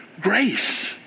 grace